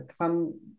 come